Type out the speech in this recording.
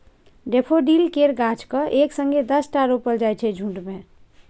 daffodil केर गाछ केँ एक संगे दसटा रोपल जाइ छै झुण्ड मे